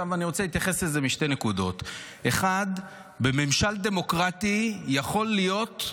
אני רוצה להתייחס לזה משתי נקודות: 1. בממשל דמוקרטי יכול להיות,